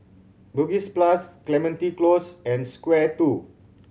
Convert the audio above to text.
Bugis Plus Clementi Close and Square Two